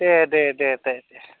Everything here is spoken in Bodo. दे दे दे दे